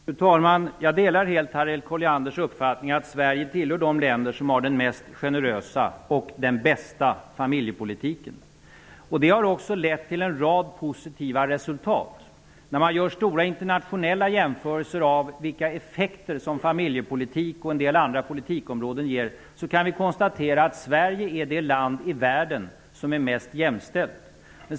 Fru talman! Jag delar helt Harriet Collianders uppfattning att Sverige tillhör de länder som har den mest generösa och bästa familjepolitiken. Det har också lett till en rad positiva resultat. När man gör stora internationella jämförelser av vilka effekter familjepolitiken och en del andra politikområden ger kan vi konstatera att Sverige är det land i världen som är mest jämställt.